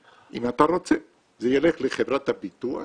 אם אתה רוצה זה יילך לחברת הביטוח